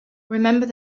remember